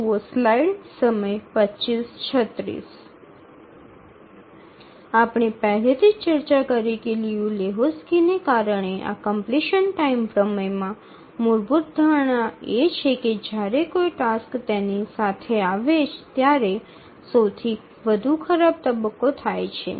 આપણે પહેલેથી જ ચર્ચા કરી છે કે લિયુ લેહોક્સ્કીને કારણે આ કમપ્લીશન ટાઇમ પ્રમેયમાં મૂળભૂત ધારણા એ છે કે જ્યારે કોઈ ટાસ્ક તેની સાથે આવે ત્યારે સૌથી વધુ ખરાબ તબક્કો થાય છે